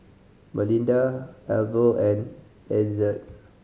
Melinda Arvo and Ezzard